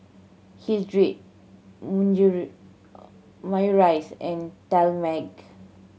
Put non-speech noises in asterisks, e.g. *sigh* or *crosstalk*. Hildred *unintelligible* Maurice and Talmage